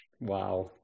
Wow